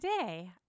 Today